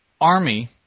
army